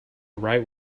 write